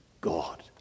God